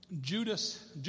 Judas